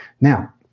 Now